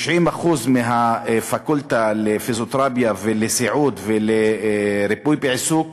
90% מהפקולטה לפיזיותרפיה, לסיעוד ולריפוי ועיסוק,